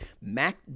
Mac